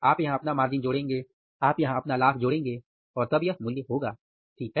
आप यहां अपना मार्जिन जोड़ेंगे आप यहाँ अपना लाभ जोड़ेंगे और तब यह मूल्य होगा ठीक है